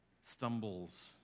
stumbles